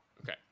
Okay